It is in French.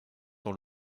dans